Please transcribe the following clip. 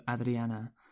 Adriana